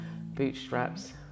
bootstraps